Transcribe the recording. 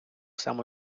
само